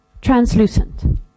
translucent